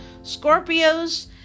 Scorpios